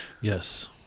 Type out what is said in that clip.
Yes